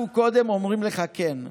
אנחנו קודם אומרים לך "כן",